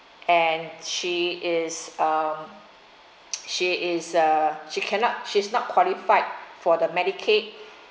and she is uh she is uh she cannot she's not qualified for the medicaid